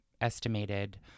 estimated